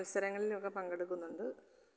മത്സരങ്ങളിലൊക്കെ പങ്കെടുക്കുന്നുണ്ട്